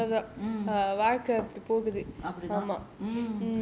mm mm